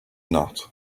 not